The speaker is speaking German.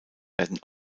werden